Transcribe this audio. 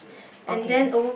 okay